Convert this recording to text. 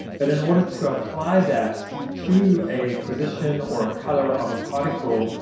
but in order to apply that to a position or a color of a particle,